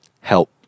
help